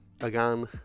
again